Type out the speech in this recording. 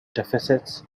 deficits